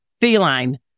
Feline